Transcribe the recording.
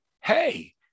hey